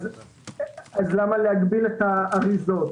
למה להגביל את האריזות?